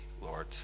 Lord